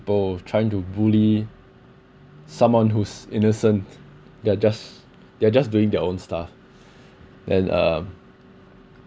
trying to bully someone who's innocent they're just they're just doing their own stuff then uh